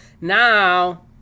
Now